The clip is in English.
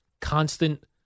constant